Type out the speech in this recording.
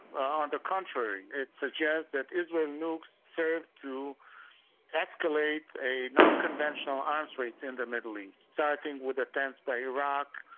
ah and contrary, it suggests that israel nukes serve to escalate a non-conventional arms race in the and middle east, starting with attempts by iraq,